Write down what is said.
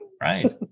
right